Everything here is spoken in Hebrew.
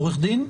עורך דין?